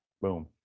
Boom